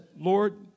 Lord